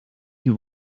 you